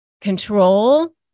control